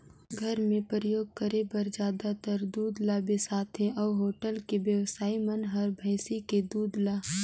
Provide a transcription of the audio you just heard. घर मे परियोग करे बर जादातर दूद ल बेसाथे अउ होटल के बेवसाइ मन हर भइसी के दूद ल